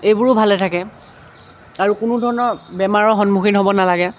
এইবোৰো ভালে থাকে আৰু কোনো ধৰণৰ বেমাৰৰ সন্মুখীন হ'ব নালাগে